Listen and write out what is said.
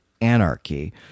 anarchy